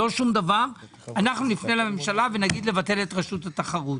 לא שום דבר - אנחנו נפנה לממשלה ונגיד לבטל את רשות התחרות.